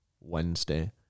Wednesday